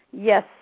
Yes